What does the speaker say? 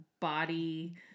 body